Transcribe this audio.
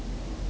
ya